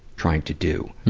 trying to do?